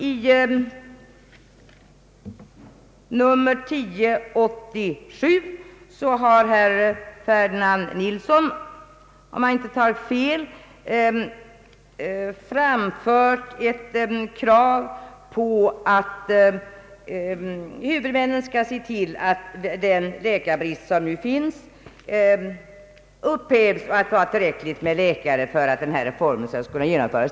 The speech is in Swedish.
I motionen 1I:1087 har herr Ferdinand Nilsson, om jag inte misstar mig, framfört ett krav på, att huvudmännen skall se till att den rådande läkarbristen upphävs och att det blir tillräckligt med läkare för att reformen skall kunna genomföras.